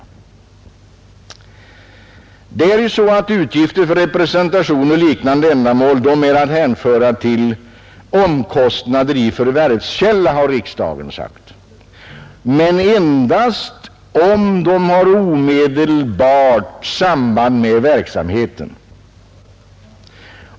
Riksdagen har ju sagt att utgifter för representation och liknande ändamål är att hänföra till omkostnader i förvärvskälla, dock endast om de har omedelbart samband med verksamheten.